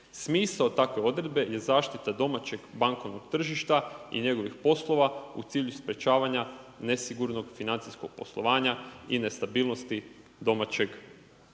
Smisao takve odredbe je zaštita domaćeg bankovnog tržišta i njegovih poslova u cilju sprečavanja nesigurnog financijskog poslovanja i nestabilnosti domaćeg